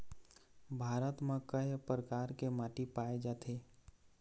भारत म कय प्रकार के माटी पाए जाथे?